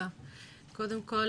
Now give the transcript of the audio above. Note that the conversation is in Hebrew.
קודם כול,